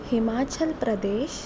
Himachal Pradesh